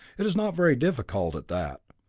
it is not very difficult, at that.